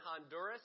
Honduras